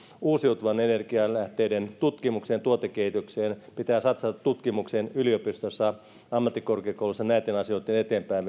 uusiutuvan energian lähteiden tutkimukseen ja tuotekehitykseen pitää satsata tutkimukseen yliopistoissa ja ammattikorkeakouluissa näitten asioitten eteenpäin